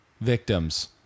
victims